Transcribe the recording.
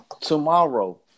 tomorrow